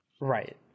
Right